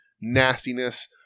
nastiness